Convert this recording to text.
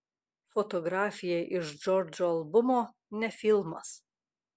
fotografija iš džordžo albumo ne filmas